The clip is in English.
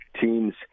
teams